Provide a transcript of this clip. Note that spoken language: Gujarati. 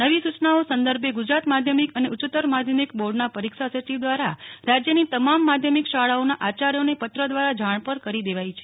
નવી સુચનાઓ સંદર્ભે ગુજરાત માધ્યમિક અને ઉચ્ચતર માધ્યમિક બોર્ડના પરીક્ષા સચિવ દ્વારા રાજ્યની તમામ માધ્યમિક શાળાઓના આચાર્યોને પત્ર દ્વારા જાણ પણ કરી દેવાઈ છે